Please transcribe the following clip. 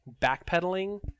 backpedaling